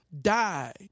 died